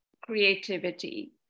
creativity